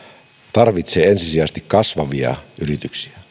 tarvitsee ensisijaisesti kasvavia yrityksiä